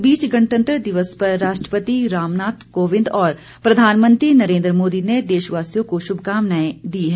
इस बीच गणतंत्र दिवस पर राष्ट्रपति रामनाथ कोविंद और प्रधानमंत्री नरेन्द्र मोदी ने देशवासियों को श्मकामनायें दी है